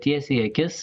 tiesiai į akis